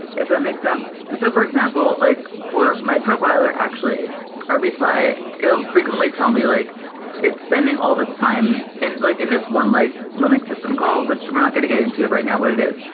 if that makes sense? so for example, like for my profiler actually are based by it it will frequently tell me like it's spending all this time in like in this one like linux system call, which we're not going to get into it right now what it is,